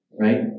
right